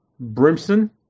Brimson